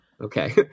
okay